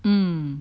mm